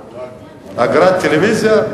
אגרת טלוויזיה.